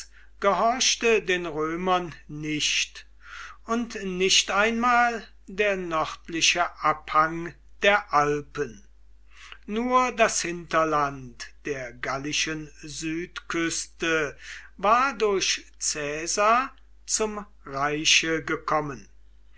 gehorchte den römern nicht und nicht einmal der nördliche abhang der alpen nur das hinterland der gallischen südküste war durch caesar zum reiche gekommen